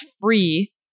free